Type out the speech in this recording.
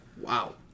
Wow